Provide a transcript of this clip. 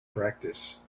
practice